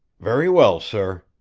very well, sir.